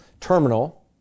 terminal